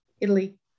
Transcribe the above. Italy